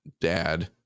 dad